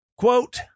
Quote